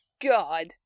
God